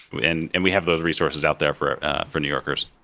and and we have those resources out there for for new yorkers.